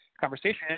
conversation